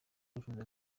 wifuza